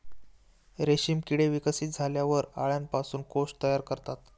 रेशीम किडे विकसित झाल्यावर अळ्यांपासून कोश तयार करतात